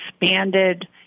expanded